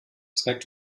trägt